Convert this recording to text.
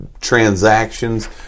transactions